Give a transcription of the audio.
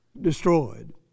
destroyed